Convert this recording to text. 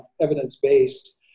evidence-based